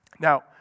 Now